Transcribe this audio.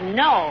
no